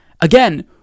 Again